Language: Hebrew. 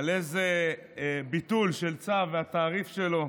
על איזה ביטול של צו והתעריף שלו,